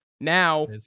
Now